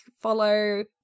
follow